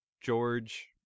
George